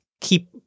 keep